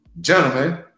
gentlemen